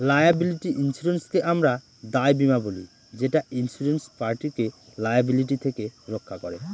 liability ইন্সুরেন্সকে আমরা দায় বীমা বলি যেটা ইন্সুরেড পার্টিকে লায়াবিলিটি থেকে রক্ষা করে